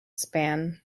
span